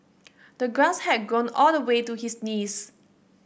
the grass had grown all the way to his knees